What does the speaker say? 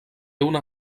una